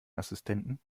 assistenten